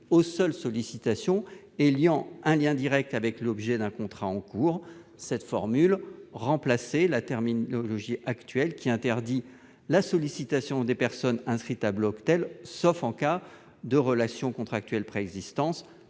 aux seules sollicitations ayant un lien direct avec l'objet d'un contrat en cours. Il tend à remplacer la formulation actuelle, qui interdit la sollicitation des personnes inscrites sur la liste Bloctel, « sauf en cas de relations contractuelles préexistantes